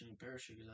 parachute